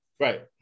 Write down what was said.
Right